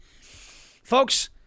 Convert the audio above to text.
Folks